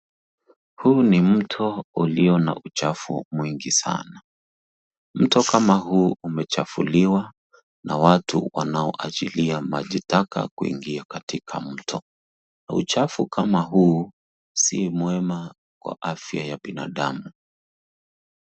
Huu ni mto ulio na uchafu mwingi sana. Mto kama huu umechafuliwa na watu wanaoachilia maji taka kuingia katika mto. Uchafu kama huu, si mwema kwa afya ya binadamu.